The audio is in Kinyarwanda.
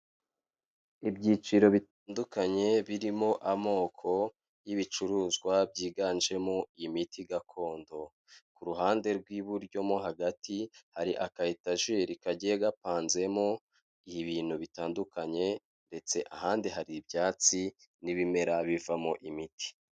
Ibyiciro bitandukanye birimo amoko y'ibicuruzwa byiganjemo imiti gakondo, ku ruhande rw'iburyo mo hagati hari aka etajeri kagiye gapanzemo ibintu bitandukanye, ndetse ahandi hari ibyatsi n'ibimera bivamo imiti.